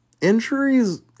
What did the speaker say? injuries